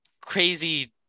crazy